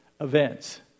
events